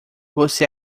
você